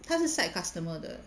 他是 side customer 的